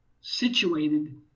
situated